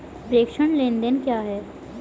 प्रेषण लेनदेन क्या है?